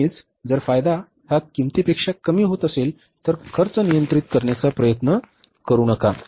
नेहमीच जर फायदा हा किंमतीपेक्षा कमी होत असेल तर खर्च नियंत्रित करण्याचा प्रयत्न करु नका